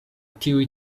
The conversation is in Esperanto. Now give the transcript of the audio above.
tiu